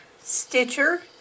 Stitcher